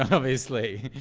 obviously,